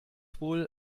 wohl